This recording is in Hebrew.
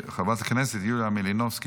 חברת כנסת יוליה מלינובסקי,